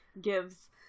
gives